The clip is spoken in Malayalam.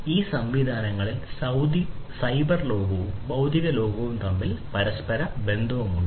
ഈ സംവിധാനങ്ങളിൽ സൈബർ ലോകവും ഭൌതിക ലോകവും തമ്മിൽ പരസ്പര ബന്ധമുണ്ട്